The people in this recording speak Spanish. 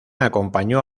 acompañó